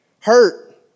hurt